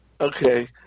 Okay